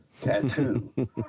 tattoo